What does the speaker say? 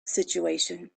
situation